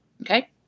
Okay